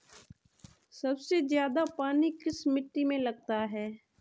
सबसे ज्यादा पानी किस मिट्टी में लगता है?